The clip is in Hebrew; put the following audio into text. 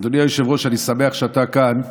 אדוני היושב-ראש, אני שמח שאתה כאן,